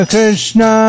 Krishna